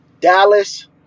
Dallas